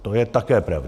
To je také pravda.